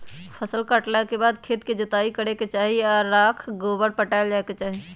फसल काटला के बाद खेत के जोताइ करे के चाही आऽ राख गोबर पटायल जाय के चाही